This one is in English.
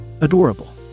Adorable